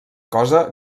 cosa